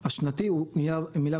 השנתי הוא 1.5 מיליארד